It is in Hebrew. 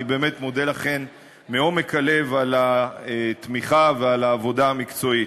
אני באמת מודה לכן מעומק הלב על התמיכה ועל העבודה המקצועית.